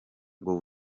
ngo